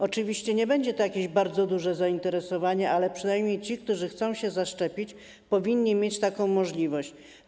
Oczywiście nie będzie to jakieś bardzo duże zainteresowanie, ale przynajmniej ci, którzy chcą się zaszczepić, powinni mieć taką możliwość.